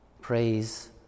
praise